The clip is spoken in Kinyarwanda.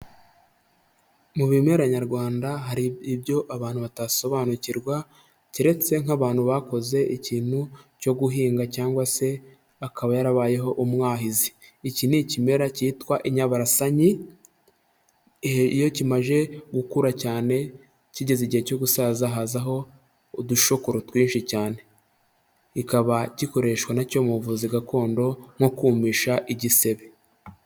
Mu bimera nyarwanda hari ibyo abantu batasobanukirwa; keretse nk'abantu bakoze ikintu cyo guhinga cyangwa se akaba yarabayeho umwahizi. Iki ni ikimera kitwa inyabarasanyi, iyo kimaze gukura cyane, kigeze igihe cyo gusaza haza udushokoro twinshi cyane,. kikaba gikoreshwa na cyo mu buvuzi gakondo nko kumisha igisebe.